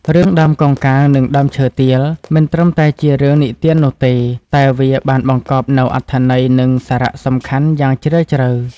រឿង "ដើមកោងកាងនិងដើមឈើទាល" មិនត្រឹមតែជារឿងនិទាននោះទេ តែវាបានបង្កប់នូវអត្ថន័យនិងសារៈសំខាន់យ៉ាងជ្រាលជ្រៅ។